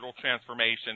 transformation